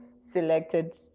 selected